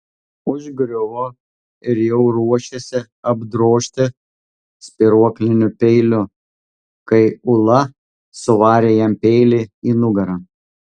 užgriuvo ir jau ruošėsi apdrožti spyruokliniu peiliu kai ula suvarė jam peilį į nugarą